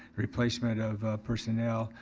replacement of personnel,